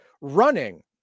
running